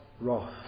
wrath